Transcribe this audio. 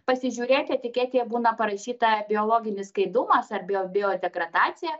pasižiūrėti etiketėje būna parašyta biologinis skaidumas ar bio biodegradacija